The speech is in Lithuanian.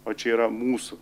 o čia yra mūsų